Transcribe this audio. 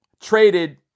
traded